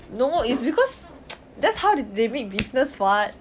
no it's because that's how the~ they make business [what]